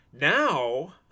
now